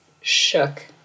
shook